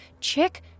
chick